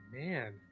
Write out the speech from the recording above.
man